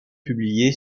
publié